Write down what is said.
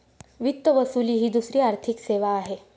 वित्त वसुली ही दुसरी आर्थिक सेवा आहे